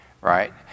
right